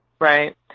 right